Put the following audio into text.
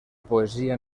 poesia